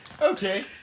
okay